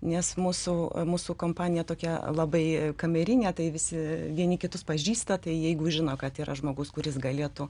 nes mūsų mūsų kompanija tokia labai kamerinė tai visi vieni kitus pažįsta tai jeigu žino kad yra žmogus kuris galėtų